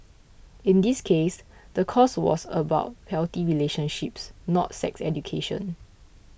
in this case the course was about healthy relationships not sex education